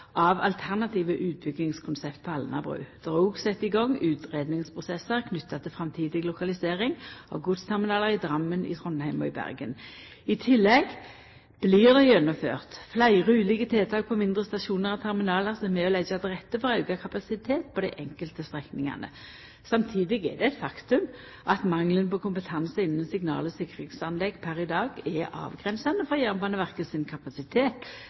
av alternative utbyggingskonsept på Alnabru. Det er òg sett i gang utgreiingsprosessar knytte til framtidig lokalisering av godsterminalar i Drammen, i Trondheim og i Bergen. I tillegg blir det gjennomført fleire ulike tiltak på mindre stasjonar og terminalar som er med på å leggja til rette for auka kapasitet på dei einskilde strekningane. Samstundes er det eit faktum at mangelen på kompetanse innan signal- og sikringsanlegg per i dag er avgrensande for Jernbaneverket sin kapasitet